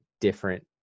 different